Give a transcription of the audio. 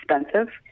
expensive